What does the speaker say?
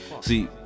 See